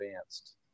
advanced